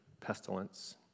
pestilence